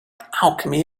alchemy